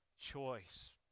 choice